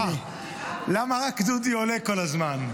למה רק דודי עולה כל הזמן?